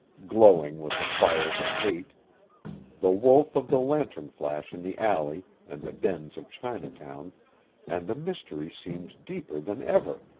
glowing with the fires of hate the wolf of the lantern-flash in the alley and the dens of chinatown and the mystery seemed deeper than ever.